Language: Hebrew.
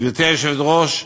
גברתי היושבת-ראש,